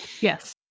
Yes